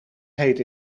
heet